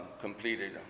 completed